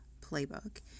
playbook